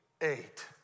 Eight